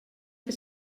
que